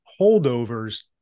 holdovers